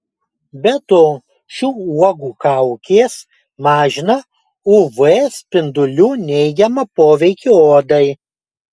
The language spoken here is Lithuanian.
be to šių uogų kaukės mažina uv spindulių neigiamą poveikį odai